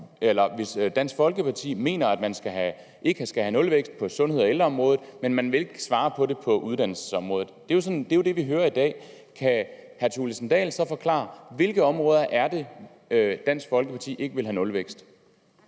høre, at Dansk Folkeparti mener, at man ikke skal have nulvækst på sundheds- og ældreområdet, og ikke vil svare på det, for så vidt angår uddannelsesområdet. Det er jo det, vi hører i dag. Kan hr. Thulesen Dahl så forklare, hvilke områder det er, Dansk Folkeparti ikke vil have nulvækst